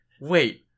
wait